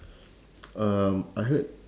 um I heard